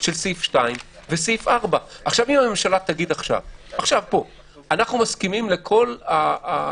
של סעיף 2 וסעיף 4. אם הממשלה תגיד עכשיו: אנחנו מסכימים לכל ההשגות